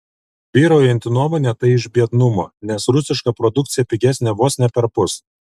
vyraujanti nuomonė tai iš biednumo nes rusiška produkcija pigesnė vos ne perpus